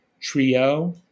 trio